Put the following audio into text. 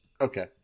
okay